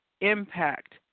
impact